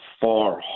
far